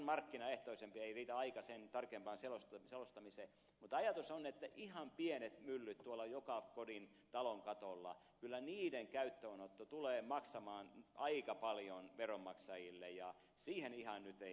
ei riitä aika sen tarkempaan selostamiseen mutta ajatus on että jos on ihan pienet myllyt tuolla joka kodin talon katolla kyllä niiden käyttöönotto tulee maksamaan aika paljon veronmaksajille ja ihan siihen nyt ei mennä